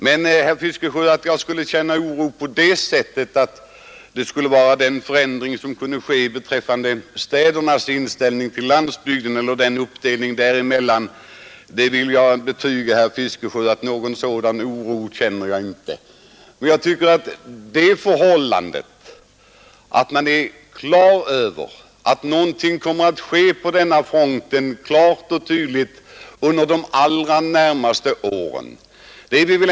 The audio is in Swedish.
Men jag vill betyga, herr Fiskesjö, att jag inte känner någon oro över en eventuell ändring i uppdelningen mellan städer och landsbygd. Vi är väl ändå överens, herr Fiskesjö, om att något måste ske på den här fronten under de allra närmaste åren.